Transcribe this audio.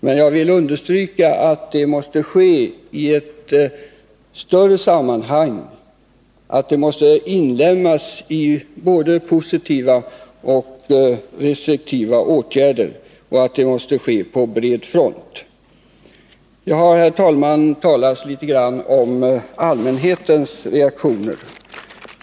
Men jag vill understryka att det måste ske i ett större sammanhang och inlemmas i både positiva och restriktiva åtgärder. Det måste vidare ske på en bred front. Jag har, herr talman, talat litet grand om allmänhetens reaktioner.